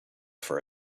for